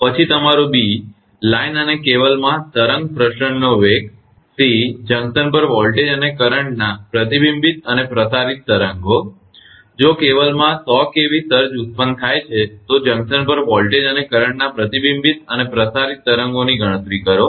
પછી તમારો લાઇન અને કેબલમાં તરંગ પ્રસરણનો વેગ અને જંકશન પર વોલ્ટેજ અને કરંટનાં પ્રતિબિંબિત અને પ્રસારિત તરંગો જો કેબલમાં 100 kV સર્જ ઉત્પન્ન થાય છે તો જંકશન પર વોલ્ટેજ અને કરંટનાં પ્રતિબિંબિત અને પ્રસારિત તરંગોની ગણતરી કરો